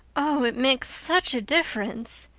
oh, it makes such a difference.